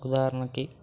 ఉదాహరణకి